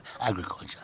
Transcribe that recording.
agriculture